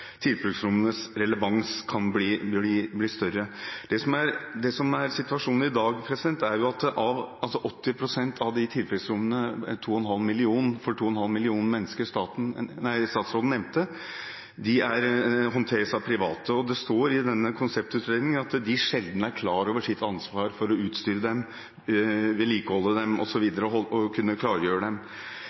tilfluktsrommenes relevans kan bli større. Det som er situasjonen i dag, er at 80 pst. av de tilfluktsrommene for 2,5 millioner mennesker som statsråden nevnte, håndteres av private. Det står i denne konseptutredningen at de sjelden er klar over sitt ansvar for å utstyre dem, vedlikeholde dem og kunne klargjøre dem